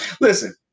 Listen